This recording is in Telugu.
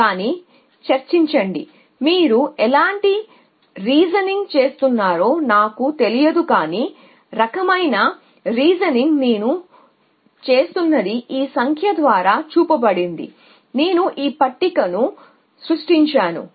కానీ చర్చించండి మీరు ఎలాంటి రీజనింగ్ చేస్తున్నారో నాకు తెలియదు కాని రకమైన రీజనింగ్ నేను చేస్తున్నది ఈ సంఖ్య ద్వారా చూపబడింది నేను ఈ పట్టికను సృష్టించాను